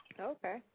Okay